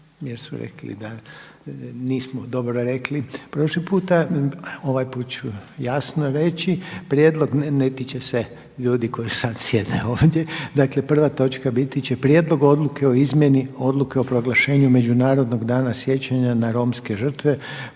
jer su rekli da nismo dobro rekli prošli puta. Ovaj put ću jasno reći, ne tiče se ljudi koji sad sjede ovdje. Dakle, prva točka biti će Prijedlog odluke o izmjeni Odluke o proglašenju „Međunarodnog dana sjećanja na romske žrtve